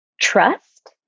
trust